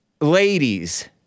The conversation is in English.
ladies